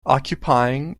occupying